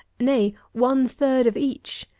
nay, one-third of each,